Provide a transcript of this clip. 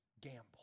gamble